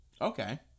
Okay